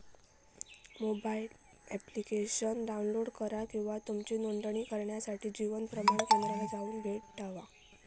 mobile application download करा किंवा तुमची नोंदणी करण्यासाठी जीवन प्रमाण केंद्राला जाऊन भेट देवा